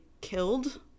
killed